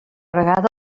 vegada